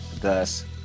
thus